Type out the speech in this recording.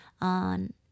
on